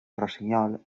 rossinyol